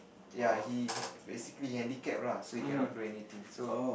ya he basically handicapped lah so he cannot do anything so